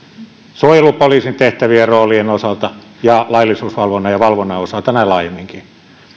suojelupoliisin tehtävien roolien osalta ja laillisuusvalvonnan osalta ja valvonnan osalta näin laajemminkin